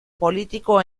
político